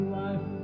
life